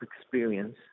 experience